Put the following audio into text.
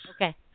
Okay